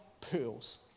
pearls